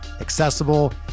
accessible